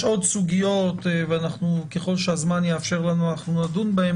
יש עוד סוגיות וככל שהזמן יאפשר לנו נדון בהם,